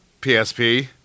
psp